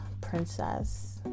princess